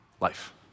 life